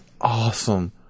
awesome